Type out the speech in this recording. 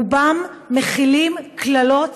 רובם כוללים קללות,